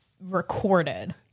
recorded